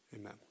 amen